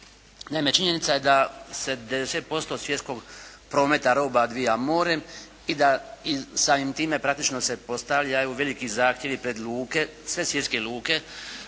razumije/… posto od svjetskog prometa roba odvija morem i da samim time praktično se postavlja evo veliki zahtjevi pred luke, sve svjetske luke,